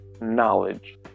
knowledge